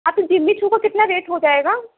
اچھا جمی چھو کا کتنا ریٹ ہو جائے گا